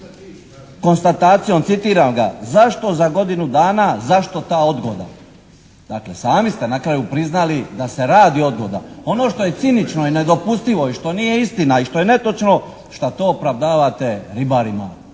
konstatacijom, citiram ga: "Zašto za godinu dana? Zašto ta odgoda?". Dakle sami ste na kraju priznali da se radi o odgodi. Ono što je cinično i nedopustivo i što nije istina i što je netočno šta to opravdavate ribarima